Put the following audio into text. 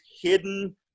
hidden